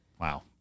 Wow